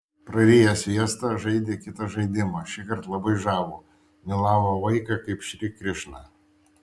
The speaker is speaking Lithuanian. prariję sviestą žaidė kitą žaidimą šįkart labai žavų mylavo vaiką kaip šri krišną